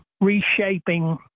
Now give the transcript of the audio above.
reshaping